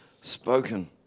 spoken